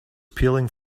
peeling